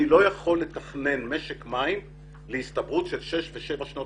אני לא יכול לתכנן משק מים להסתברות של שש ושבע שנות